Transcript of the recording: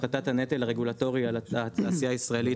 הפחתת הנטל הרגולטורי על התעשייה הישראלית